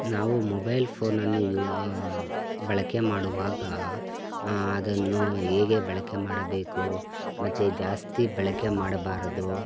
ನಾವು ಮೊಬೈಲ್ ಫೋನನ್ನು ಯೂ ಬಳಕೆ ಮಾಡುವಾಗ ಅದನ್ನು ಹೇಗೆ ಬಳಕೆ ಮಾಡಬೇಕು ಮತ್ತು ಜಾಸ್ತಿ ಬಳಕೆ ಮಾಡಬಾರದು